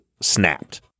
snapped